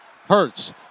Hurts